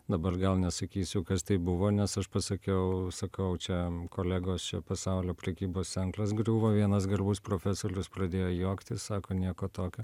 dabar gal nesakysiu kas tai buvo nes aš pasakiau sakau čia kolegos čia pasaulio prekybos centras griuvo vienas garbus profesolius pradėjo juoktis sako nieko tokio